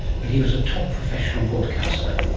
but he was a top professional broadcaster.